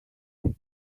live